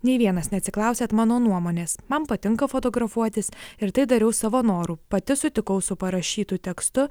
nei vienas neatsiklausėt mano nuomonės man patinka fotografuotis ir tai dariau savo noru pati sutikau su parašytu tekstu